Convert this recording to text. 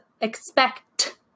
expect